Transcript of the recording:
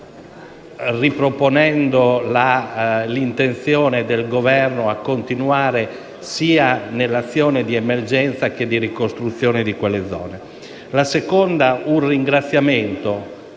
riproponendo l'intenzione del Governo di continuare nell'azione di emergenza e di ricostruzione nelle zone